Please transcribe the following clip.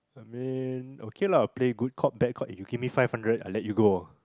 I mean okay lah I'll play good cop bad cop if you give me five hundred I let you go